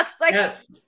Yes